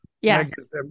Yes